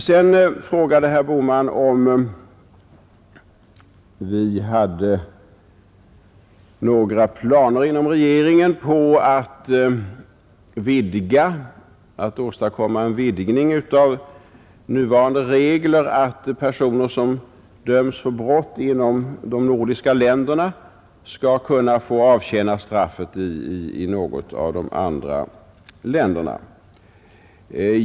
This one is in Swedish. Sedan frågade herr Bohman om vi inom regeringen hade några planer på att åstadkomma en vidgning av nuvarande regler att personer som döms för brott inom de nordiska länderna skall kunna få avtjäna straffet i något av de andra länderna.